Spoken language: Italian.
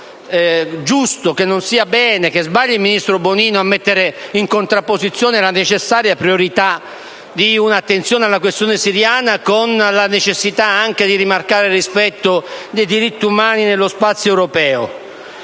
sia giusto, che non sia bene, che sbagli il ministro Bonino a mettere in contrapposizione la necessaria priorità di un'attenzione alla questione siriana con la necessità anche di rimarcare il rispetto dei diritti umani nello spazio europeo.